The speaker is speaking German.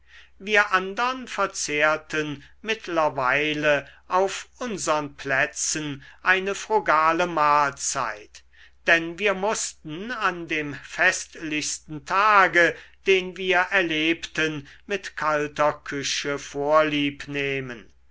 wir andern verzehrten mittlerweile auf unsern plätzen eine frugale mahlzeit denn wir mußten an dem festlichsten tage den wir erlebten mit kalter küche vorlieb nehmen